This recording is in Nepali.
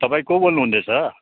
तपाईँ को बोल्नुहुँदैछ